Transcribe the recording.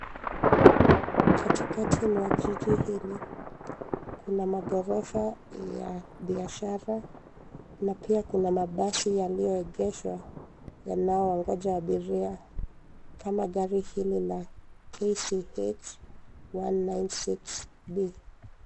Katikati mwa jiji hili kuna magorofa ya biashara na pia kuna mabasi yaliyopaki yakisubiri abiria, kama gari hili lenye nambari KCH-196B.